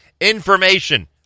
Information